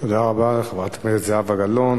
תודה רבה לחברת הכנסת זהבה גלאון.